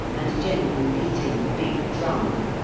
and generally beating the big drum.